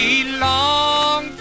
Belong